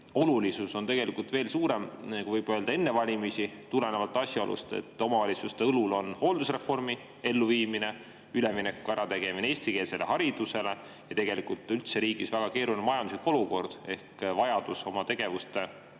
olulisus on tegelikult veel suurem kui enne valimisi tulenevalt asjaolust, et omavalitsuste õlul on hooldereformi elluviimine ja üleminek eestikeelsele haridusele, ja tegelikult on üldse riigis väga keeruline majanduslik olukord? Ehk vajadus oma tegevuste jaoks